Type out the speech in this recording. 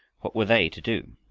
what were they to do?